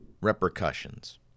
repercussions